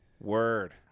word